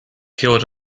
killed